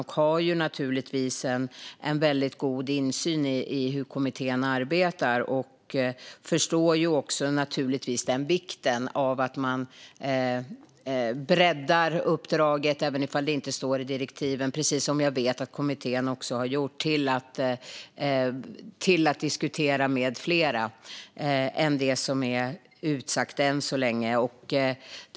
De har naturligtvis god insyn i hur kommittén arbetar och förstår vikten av att man även i de fall det inte står i direktiven breddar uppdraget till att diskutera med fler än det som är utsagt än så länge, precis som jag vet att kommittén har gjort.